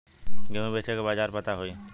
गेहूँ बेचे के बाजार पता होई?